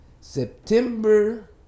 September